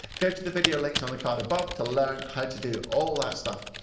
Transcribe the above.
go to the video linked on the card above to learn how to do all that stuff.